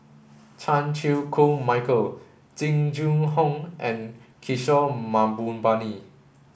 Chan Chew Koon Michael Jing Jun Hong and Kishore Mahbubani